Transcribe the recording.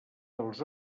dels